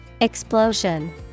Explosion